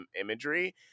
imagery